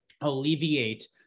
alleviate